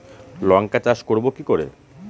লঙ্কা চাষ করব কি করে?